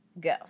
Go